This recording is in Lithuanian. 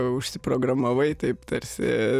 užsiprogramavai taip tarsi